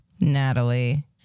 Natalie